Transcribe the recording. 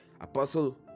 Apostle